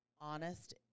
Honest